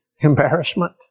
embarrassment